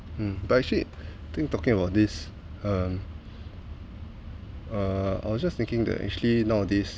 but actually think talking about this um uh I was just thinking that actually nowadays